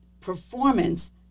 performance